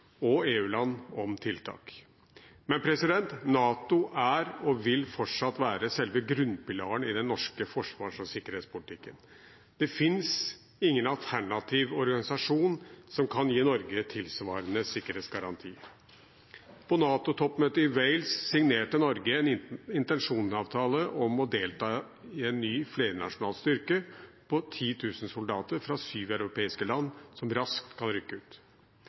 og EU-land om tiltak, men NATO er og vil fortsatt være selve grunnpilaren i den norske forsvars- og sikkerhetspolitikken. Det finnes ingen alternativ organisasjon som kan gi Norge tilsvarende sikkerhetsgarantier. På NATO-toppmøtet i Wales signerte Norge en intensjonsavtale om å delta i en ny flernasjonal styrke på 10 000 soldater fra syv europeiske land, som raskt kan rykke ut.